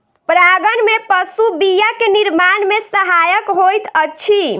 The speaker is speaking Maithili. परागन में पशु बीया के निर्माण में सहायक होइत अछि